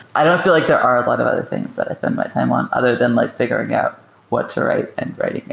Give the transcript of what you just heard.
i don't feel like there are a lot of other things that i spend my time on other than like figuring out what to write and for yeah